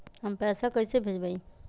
हम पैसा कईसे भेजबई?